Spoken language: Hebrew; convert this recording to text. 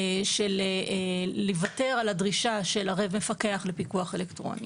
של לוותר על הדרישה של ערב מפקח לפיקוח אלקטרוני,